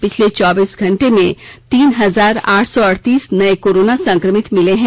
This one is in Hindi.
पिछले चौबीस घंटे में तीन हजार आठ सौ अड़तीस नए कोरोना संक्रमित मिले हैं